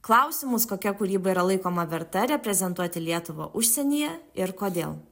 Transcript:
klausimus kokia kūryba yra laikoma verta reprezentuoti lietuvą užsienyje ir kodėl